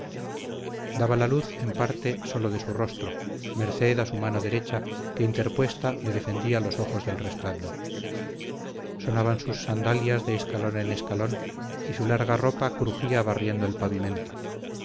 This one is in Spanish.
daba la luz en parte sólo de su rostro merced a su mano derecha que interpuesta le defendía los ojos del resplandor sonaban sus sandalias de escalón en escalón y su larga ropa crujía barriendo el pavimento